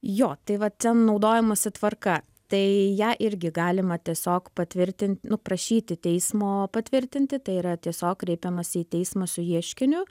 jo tai vat ten naudojimosi tvarka tai ją irgi galima tiesiog patvirtin nu prašyti teismo patvirtinti tai yra tiesiog kreipiamasi į teismą su ieškiniu